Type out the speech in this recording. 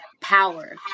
power